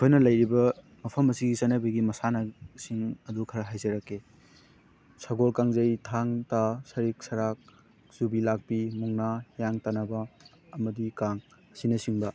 ꯑꯩꯈꯣꯏꯅ ꯂꯩꯔꯤꯕ ꯃꯐꯝ ꯑꯁꯤꯒꯤ ꯆꯠꯅꯕꯤꯒꯤ ꯃꯁꯥꯟꯅꯁꯤꯡ ꯑꯗꯨ ꯈꯔ ꯍꯥꯏꯖꯔꯛꯀꯦ ꯁꯒꯣꯜ ꯀꯥꯡꯖꯩ ꯊꯥꯡ ꯇꯥ ꯁꯔꯤꯠ ꯁꯔꯥꯛ ꯌꯨꯕꯤ ꯂꯥꯛꯄꯤ ꯃꯨꯛꯅꯥ ꯍꯤꯌꯥꯡ ꯇꯥꯟꯅꯕ ꯑꯃꯗꯤ ꯀꯥꯡ ꯑꯁꯤꯅ ꯆꯤꯡꯕ